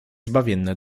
zbawienne